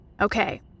Okay